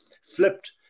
flipped